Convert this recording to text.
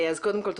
קודם כל,